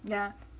yeah